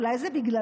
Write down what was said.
אולי זה בגללך?